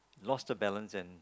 lost her balance and